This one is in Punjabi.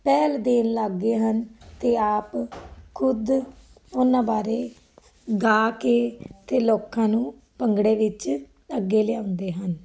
ਪਹਿਲ ਦੇਣ ਲੱਗ ਗਏ ਹਨ ਅਤੇ ਆਪ ਖੁਦ ਉਹਨਾਂ ਬਾਰੇ ਗਾ ਕੇ ਅਤੇ ਲੋਕਾਂ ਨੂੰ ਭੰਗੜੇ ਵਿੱਚ ਅੱਗੇ ਲਿਆਉਂਦੇ ਹਨ